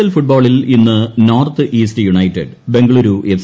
L ഫുട്ബോളിൽ ഇന്ന് North East United Bengaluru F